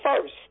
first